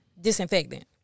disinfectant